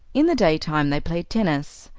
in the daytime they played tennis.